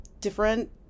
different